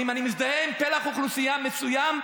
ואם אני מזדהה עם פלח אוכלוסייה מסוים,